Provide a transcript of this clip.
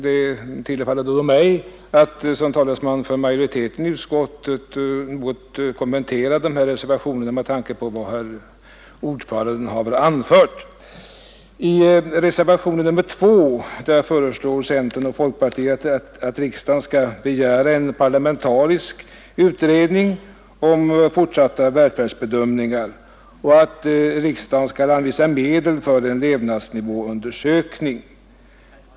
Det tillkommer då mig att som talesman för majoriteten i utskottet något kommentera dessa reservationer med tanke på vad herr ordföranden har anfört. I reservationen 2 föreslår centern och folkpartiet att riksdagen skall begära en parlamentarisk utredning om fortsatta välfärdsbedömningar och att riksdagen skall anvisa medel för en levnadsnivåundersökning.